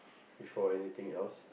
before anything else